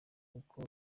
kuko